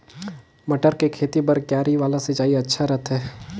मटर के खेती बर क्यारी वाला सिंचाई अच्छा रथे?